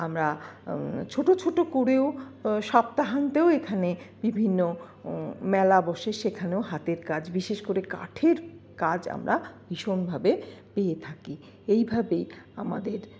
আমরা ছোটো ছোটো করেও সপ্তাহান্তেও এখানে বিভিন্ন মেলা বসে সেখানেও হাতের কাজ বিশেষ করে কাঠের কাজ আমরা ভীষণভাবে পেয়ে থাকি এইভাবেই আমাদের